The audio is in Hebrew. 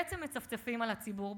בעצם מצפצפים על הציבור.